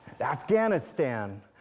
Afghanistan